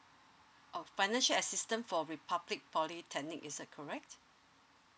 oh financial assistance for republic polytechnic is it correct